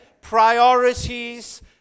priorities